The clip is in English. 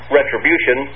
retribution